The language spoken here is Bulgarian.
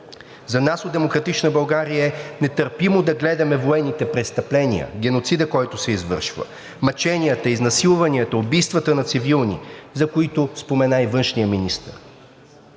За нас от „Демократична България“ е нетърпимо да гледаме военните престъпления, геноцида, който се извършва, мъченията, изнасилванията, убийствата на цивилни, за които спомена и външният министър.